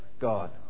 God